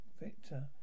Victor